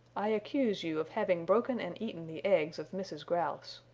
i accuse you of having broken and eaten the eggs of mrs. grouse.